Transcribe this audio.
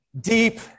deep